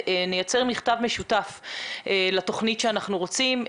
נייצר מכתב משותף לתוכנית שאנחנו רוצים.